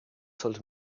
sollte